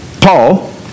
Paul